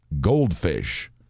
goldfish